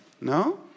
No